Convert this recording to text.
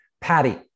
Patty